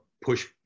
push